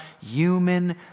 human